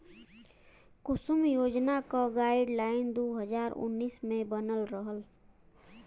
कुसुम योजना क गाइडलाइन दू हज़ार उन्नीस मे बनल रहल